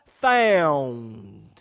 found